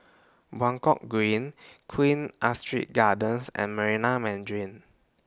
Buangkok Green Queen Astrid Gardens and Marina Mandarin